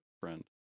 friend